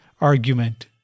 argument